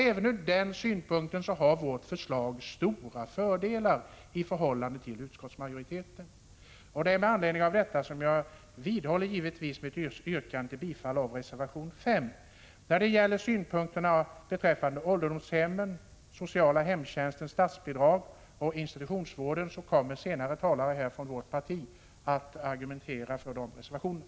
Även ur den synpunkten har alltså vårt förslag stora fördelar i förhållande till utskottsmajoritetens förslag. Med anledning av detta vidhåller jag givetvis mitt yrkande om bifall till reservation 5. Beträffande ålderdomshemmen, den sociala hemtjänsten, statsbidragen och institutionsvården kommer senare talare från vårt parti att argumentera för våra reservationer.